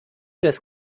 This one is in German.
des